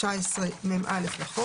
תשתיות וסביבה" כמשמעותו בסעיף 19מא לחוק.